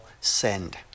SEND